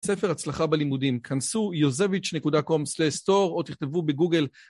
ספר הצלחה בלימודים, כנסו www.yosevich.com/store או תכתבו בגוגל